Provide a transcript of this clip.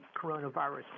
coronavirus